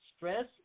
Stress